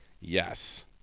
Yes